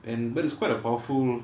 and but it's quite a powerful